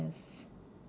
yes